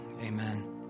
Amen